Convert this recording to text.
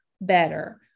better